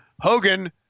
Hogan